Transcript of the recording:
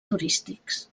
turístics